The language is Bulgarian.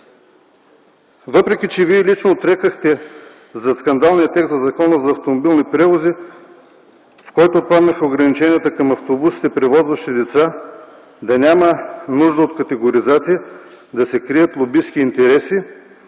въпреки че Вие лично отрекохте зад скандалния текст в Закона за автомобилните превози, в който отпаднаха ограниченията към автобусите, превозващи деца да няма нужда от категоризация да се крият лобистки интереси,